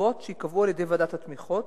קצובות שייקבעו על-ידי ועדת התמיכות,